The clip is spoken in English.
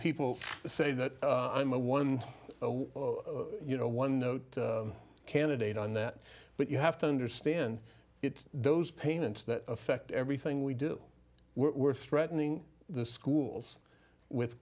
people say that i'm a one zero you know one note candidate on that but you have to understand it's those payments that affect everything we do we're threatening the schools with